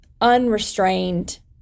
unrestrained